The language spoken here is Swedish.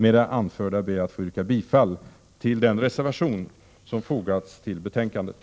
Med det anförda ber jag att få yrka bifall till den reservation som fogats till betänkandet.